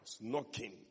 Knocking